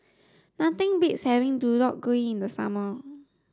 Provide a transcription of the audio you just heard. nothing beats having Deodeok gui in the summer